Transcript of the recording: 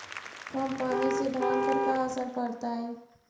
कम पनी से धान पर का असर पड़तायी?